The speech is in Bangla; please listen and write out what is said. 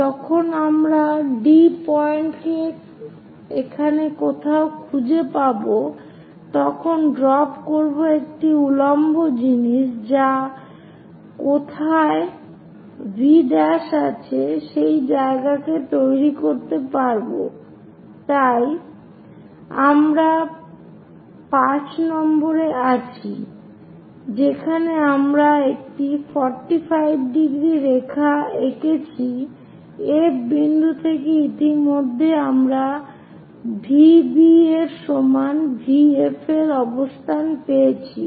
যখন আমরা D পয়েন্ট কে এখানে কোথাও খুঁজে পাবো তখন ড্রপ করবো একটা উলম্ব জিনিস যা কোথায় V' আছে সেই জায়গা কে তৈরি করতে পারব তাই আমরা 5 নম্বরে আছি যেখানে আমরা একটি 45° রেখা এঁকেছি F বিন্দু থেকে এবং ইতিমধ্যেই আমরা V B এর সমান VF এর অবস্থান পেয়েছি